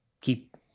keep